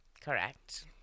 Correct